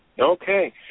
Okay